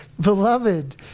Beloved